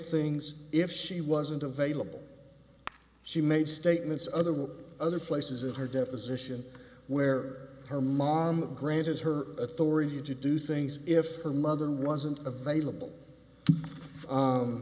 things if she wasn't available she made statements other were other places in her deposition where her mom granted her authority to do things if her mother wasn't available